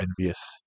envious